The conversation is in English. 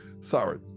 Sorry